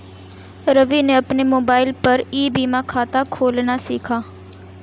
रवि ने अपने mobile phone पर ई बीमा खाता खोलना सीखा